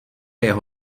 jeho